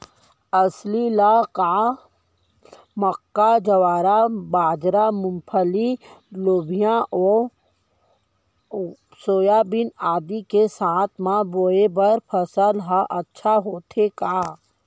अलसी ल का मक्का, ज्वार, बाजरा, मूंगफली, लोबिया व सोयाबीन आदि के साथ म बोये बर सफल ह अच्छा होथे का?